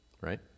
right